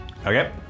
Okay